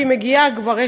כשהיא מגיעה כבר,